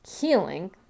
healing